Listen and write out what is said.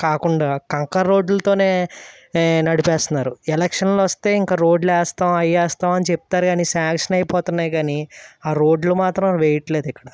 కాకుండా కంకర్ రోడ్లతోనే ఏ నడిపిస్తున్నారు ఎలక్షన్లు వస్తే ఇంక రోడ్లు వేస్తాం అవేస్తాం అని చెప్తారు కానీ శాంక్షన్ అయిపోతున్నాయి కానీ ఆ రోడ్లు మాత్రం వేయట్లేదు ఇక్కడ